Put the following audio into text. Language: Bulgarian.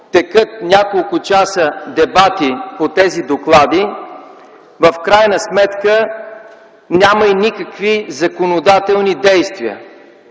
като няколко часа текат дебати по тези доклади, в крайна сметка няма никакви законодателни действия.